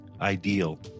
ideal